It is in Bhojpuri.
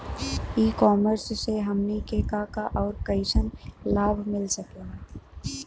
ई कॉमर्स से हमनी के का का अउर कइसन लाभ मिल सकेला?